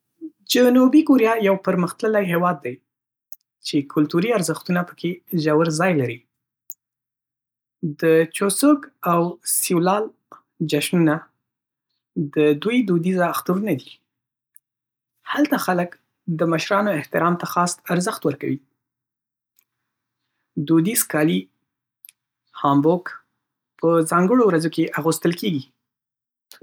جنوبي کوریا یو پرمختللی هیواد دی چې کلتوري ارزښتونه پکې ژور ځای لري. د "چوسوک" او "سیولال" جشنونه د دوی دودیز اخترونه دي. هلته خلک د مشرانو احترام ته خاص ارزښت ورکوي. دودیز کالي "هانبوک" په ځانګړو ورځو کې اغوستل کېږي.